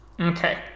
Okay